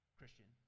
Christian